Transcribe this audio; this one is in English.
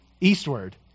Eastward